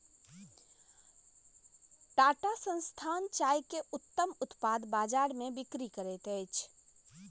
टाटा संस्थान चाय के उत्तम उत्पाद बजार में बिक्री करैत अछि